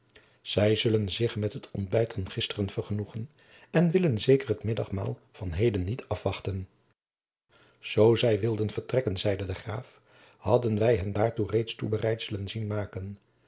zij zullen zich met het ontbijt van gisteren vergenoegen en willen zeker het middagmaal van heden niet afwachten zoo zij wilden vertrekken zeide de graaf hadden wij hen daartoe reeds toebereidselen zien maken